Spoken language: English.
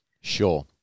Sure